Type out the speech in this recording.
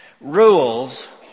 rules